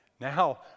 Now